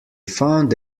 found